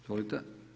Izvolite.